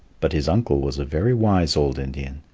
but his uncle was a very wise old indian.